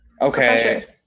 Okay